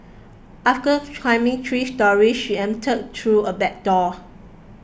after climbing three storeys she entered through a back door